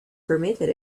permitted